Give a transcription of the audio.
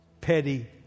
petty